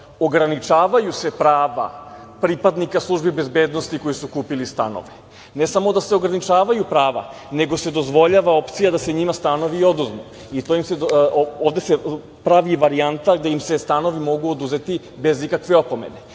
ograničavaju se prava pripadnika SB koji su kupili stanove, ne samo da se ograničavaju prava, nego se dozvoljava opcija da se njima stanovi oduzmu i to se ovde pravi varijanta da im se stanovi mogu oduzeti bez ikakve opomene,